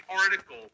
article